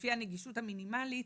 לפי הנגישות המינימלית,